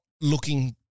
looking